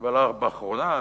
באחרונה,